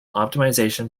optimization